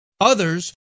Others